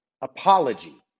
apology